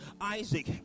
Isaac